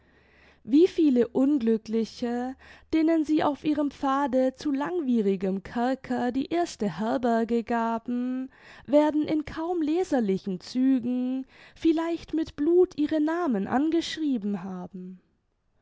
wie viele unglückliche denen sie auf ihrem pfade zu langwierigem kerker die erste herberge gaben werden in kaum leserlichen zügen vielleicht mit blut ihre namen angeschrieben haben